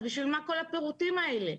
אז בשביל מה כל הפירוטים האלה?